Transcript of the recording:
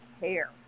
care